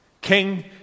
King